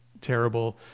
terrible